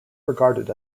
regarded